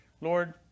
Lord